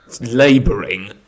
laboring